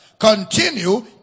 Continue